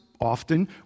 often